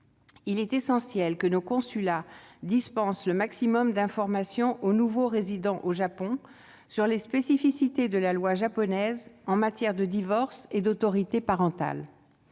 Il est essentiel que nos consulats dispensent le maximum d'informations aux nouveaux résidents au Japon sur les spécificités de la loi japonaise en matière de divorce et d'autorité parentale.